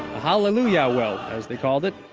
hallelujah well, as they called it.